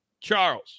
Charles